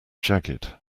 jagged